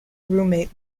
roommate